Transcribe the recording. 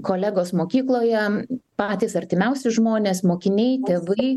kolegos mokykloje patys artimiausi žmonės mokiniai tėvai